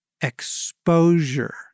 exposure